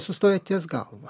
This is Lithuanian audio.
sustoja ties galva